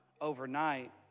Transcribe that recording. overnight